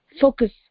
focus